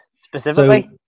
specifically